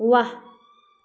वाह